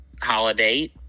holiday